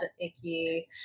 icky